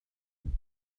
and